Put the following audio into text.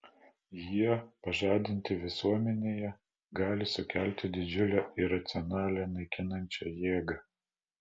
jie pažadinti visuomenėje gali sukelti didžiulę iracionalią naikinančią jėgą